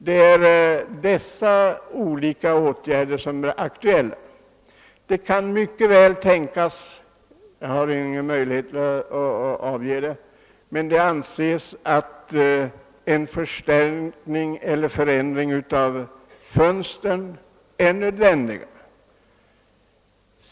Vad beträffar övriga åtgärder som kan vara aktuella är det möjligt — jag har ingen möjlighet att bedöma saken — att en förstärkning av fönstren är nödvändig.